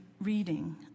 reading